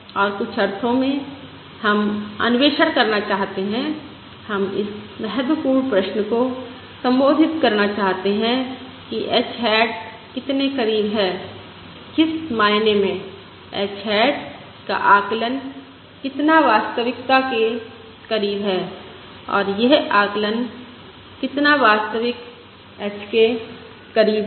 और कुछ अर्थों में हम अन्वेषण करना चाहते हैं हम इस महत्वपूर्ण प्रश्न को संबोधित करना चाहते हैं कि h हैट कितने करीब है किस मायने में h हैट का आकलन कितना वास्तविकता के करीब है और यह आकलन h कितना वास्तविक h के करीब है